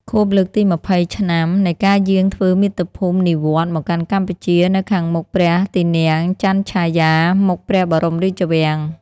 ខួបលើកទី២០ឆ្នាំ នៃការយាងធ្វើមាតុភូមិនិវត្តន៍មកកាន់កម្ពុជា នៅខាងមុខព្រះទីនាំងចន្ទឆាយា មុខព្រះបរមរាជវាំង។